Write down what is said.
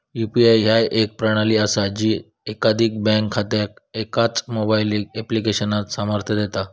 UPI ह्या एक प्रणाली असा जी एकाधिक बँक खात्यांका एकाच मोबाईल ऍप्लिकेशनात सामर्थ्य देता